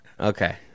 Okay